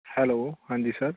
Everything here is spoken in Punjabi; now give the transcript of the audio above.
ਹੈਲੋ ਹਾਂਜੀ ਸਰ